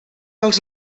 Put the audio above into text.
als